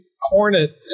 hornet